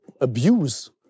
abuse